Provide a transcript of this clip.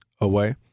away